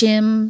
Jim